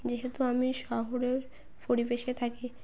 যেহেতু আমি শহরের পরিবেশে থাকি